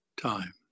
time